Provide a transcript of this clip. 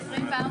אדוני,